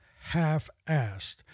half-assed